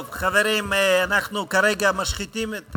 חברים, אנחנו כרגע משחיתים את